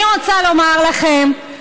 אני רוצה לומר לכם,